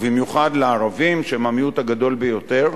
ובמיוחד לערבים שהם המיעוט הגדול ביותר,